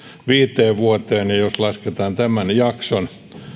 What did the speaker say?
viiteen vuoteen ja ja jos lasketaan tämän jakson